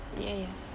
ya ya